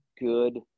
Good